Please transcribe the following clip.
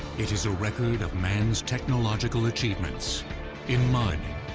it is a record of man's technological achievements in mud,